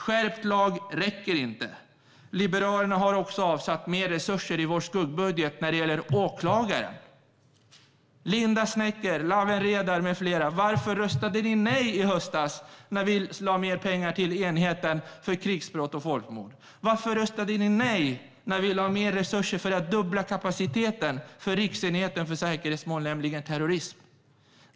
Skärpt lag räcker inte. Liberalerna har också avsatt mer resurser till åklagare i vår skuggbudget. Linda Snecker, Lawen Redar med flera: Varför röstade ni nej i höstas när vi lade mer pengar till enheten för krigsbrott och folkmord? Varför röstade ni nej när vi lade mer resurser för att dubbla kapaciteten för riksenheten för säkerhetsmål, nämligen terrorism?